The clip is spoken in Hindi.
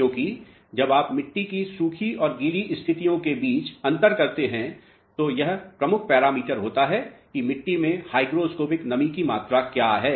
क्योंकि जब आप मिट्टी की सूखी और गीली स्थितियों के बीच अंतर करते हैं तो यह प्रमुख पैरामीटर होता है कि मिट्टी में hygroscopic नमी की मात्रा क्या है